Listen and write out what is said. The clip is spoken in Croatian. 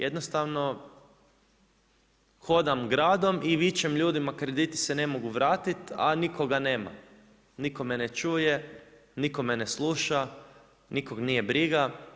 Jednostavno hodam gradom i vičem ljudima krediti se ne mogu vratiti, a nikoga nema, nitko me ne čuje, nitko me ne sluša, nikog nije briga.